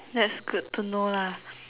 that's good to know lah